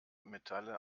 metalle